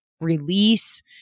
release